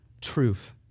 truth